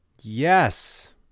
yes